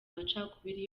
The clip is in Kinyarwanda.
macakubiri